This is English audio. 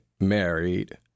married